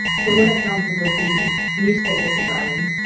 so one example would be newspaper design.